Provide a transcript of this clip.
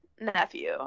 nephew